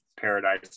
Paradise